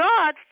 God